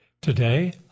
Today